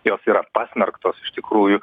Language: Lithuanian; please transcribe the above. jos yra pasmerktos iš tikrųjų